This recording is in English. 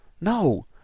No